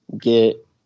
get